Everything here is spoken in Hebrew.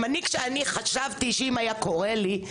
גם אני כשאני חשבתי שאם היה קורה לי,